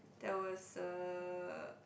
there was a